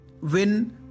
win